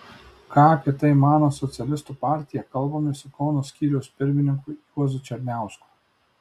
ką apie tai mano socialistų partija kalbamės su kauno skyriaus pirmininku juozu černiausku